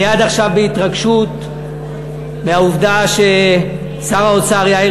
אני עד עכשיו בהתרגשות מהעובדה ששר האוצר יאיר